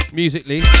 musically